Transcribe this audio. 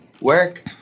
Work